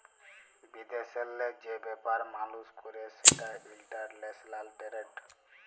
বিদেশেল্লে যে ব্যাপার মালুস ক্যরে সেটা ইলটারল্যাশলাল টেরেড